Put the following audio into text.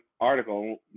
article